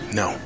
no